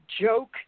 joke